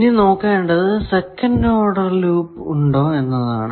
ഇനി നോക്കേണ്ടത് second order loop ഉണ്ടോ എന്നതാണ്